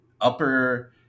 upper